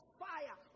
fire